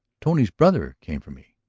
tony's brother came for me.